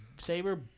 saber